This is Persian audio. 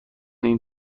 این